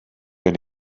gen